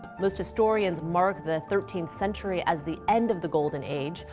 most historians mark the thirteenth century as the end of the golden age,